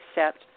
accept